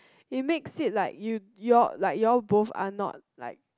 it makes it like you your like your both are not like